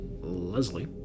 Leslie